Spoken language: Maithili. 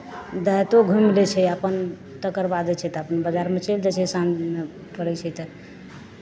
देहातो घुमि लै छै अपन तकर बाद जाइ छै तऽ अपन बजारमे चलि जाइ छै साँझमे पड़ै छै तऽ